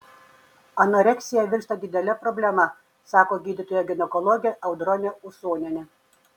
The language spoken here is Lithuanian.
anoreksija virsta didele problema sako gydytoja ginekologė audronė usonienė